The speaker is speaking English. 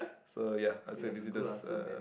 so ya I would say visitors uh